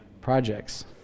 projects